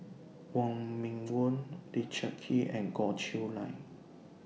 Wong Meng Voon Richard Kee and Goh Chiew Lye